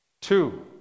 Two